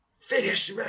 Finish